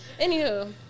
Anywho